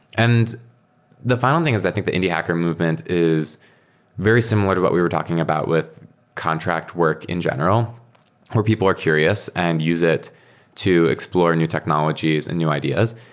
and the final thing is i think the indie hacker movement is very similar to what we were talking about with contract work in general where people are curious and use it to explore new technologies and new ideas.